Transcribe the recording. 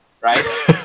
right